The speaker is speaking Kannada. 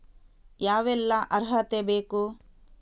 ಯಾವೆಲ್ಲ ಅರ್ಹತೆ ಬೇಕು?